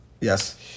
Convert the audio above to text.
Yes